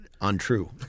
untrue